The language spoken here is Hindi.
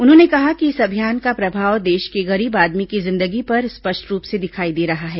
उन्होंने कहा कि इस अभियान का प्रभाव देश के गरीब आदमी की जिंदगी पर स्पष्ट रूप से दिखाई दे रहा है